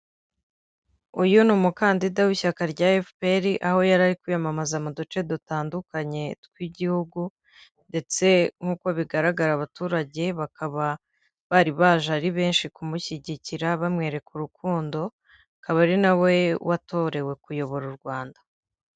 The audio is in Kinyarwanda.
Uyu ni umukandida w'ishyaka rya FPR aho yari ari kwiyamamaza mu duce dutandukanye tw'igihugu, ndetse nk'uko bigaragara, abaturage bakaba bari baje ari benshi kumushyigikira, bamwereka urukundo akaba ari nawe watorewe kuyobora u Rwanda.